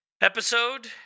episode